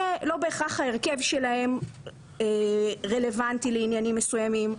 שלא בהכרח ההרכב שלהן רלוונטי לעניינים מסוימים,